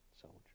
soldier